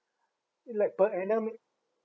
uh like per annum